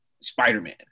Spider-Man